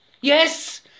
Yes